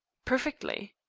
perfectly.